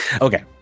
Okay